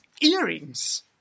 earrings